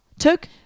took